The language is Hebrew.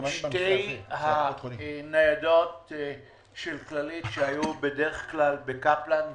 שתי הניידות של כללית, היו בדרך כלל בקפלן ובעמק.